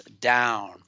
down